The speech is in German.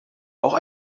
auch